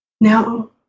No